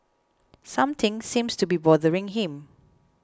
something seems to be bothering him